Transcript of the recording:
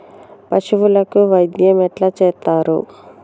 పశువులకు వైద్యం ఎట్లా చేత్తరు?